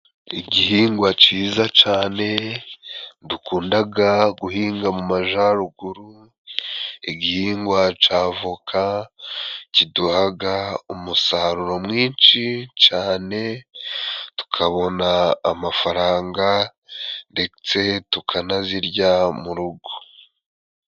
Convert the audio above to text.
Igihingwa ciza cane dukundaga guhinga mu majaruguru, igihingwa c'avoka kiduhaga umusaruro mwinshi cane, tukabona amafaranga ndetse tukanazirya mu rugo.